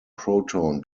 proton